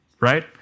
right